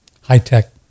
high-tech